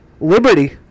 Liberty